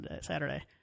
Saturday